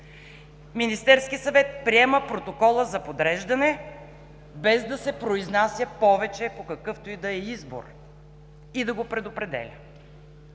Министерският съвет приема протокола за подреждане, без да се произнася повече по какъвто и да е избор и да го предопределя.